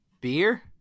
Beer